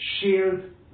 shared